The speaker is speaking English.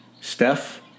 Steph